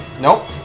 Nope